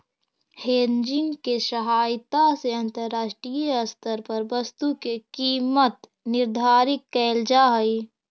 hedging के सहायता से अंतरराष्ट्रीय स्तर पर वस्तु के कीमत निर्धारित कैल जा हई